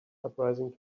uprising